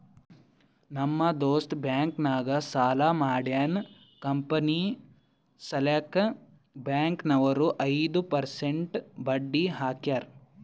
ನಮ್ ದೋಸ್ತ ಬ್ಯಾಂಕ್ ನಾಗ್ ಸಾಲ ಮಾಡ್ಯಾನ್ ಕಂಪನಿ ಸಲ್ಯಾಕ್ ಬ್ಯಾಂಕ್ ನವ್ರು ಐದು ಪರ್ಸೆಂಟ್ ಬಡ್ಡಿ ಹಾಕ್ಯಾರ್